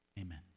Amen